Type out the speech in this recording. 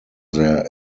their